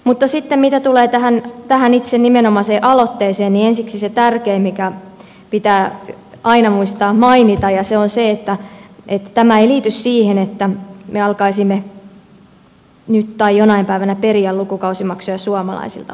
mutta mitä tulee tähän nimenomaiseen aloitteeseen niin ensiksi se tärkein mikä pitää aina muistaa mainita ja on se että tämä ei liity siihen että me alkaisimme nyt tai jonain päivänä periä lukukausimaksuja suomalaisilta opiskelijoilta